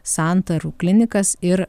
santarų klinikas ir